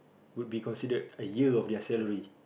would be considered a year of their salary